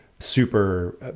super